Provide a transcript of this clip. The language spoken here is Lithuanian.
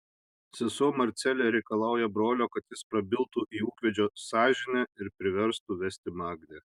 sesuo marcelė reikalauja brolio kad jis prabiltų į ūkvedžio sąžinę ir priverstų vesti magdę